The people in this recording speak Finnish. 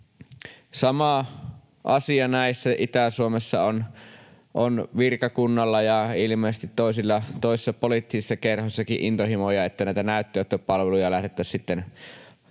Sama asia näissä: Itä-Suomessa on virkakunnalla ja ilmeisesti toisissa poliittisissa kerhoissakin intohimoja, että näitä näytteenottopalveluja lähdettäisiin